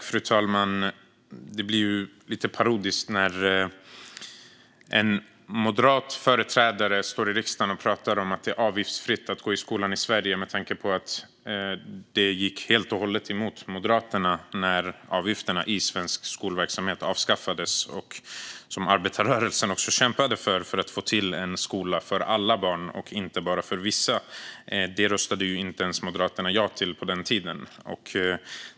Fru talman! Det blir lite parodiskt när en moderat företrädare står i riksdagen och pratar om att det är avgiftsfritt att gå i skolan i Sverige. Detta gick ju Moderaterna helt och hållet emot när avgifterna i svensk skolverksamhet avskaffades. Arbetarrörelsen kämpade för detta för att få till en skola för alla barn, inte bara för vissa. Det röstade Moderaterna inte ens ja till på den tiden.